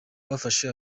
bafashe